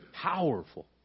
Powerful